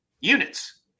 units